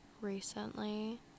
recently